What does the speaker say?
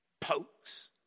pokes